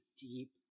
deep